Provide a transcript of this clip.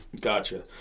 Gotcha